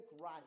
right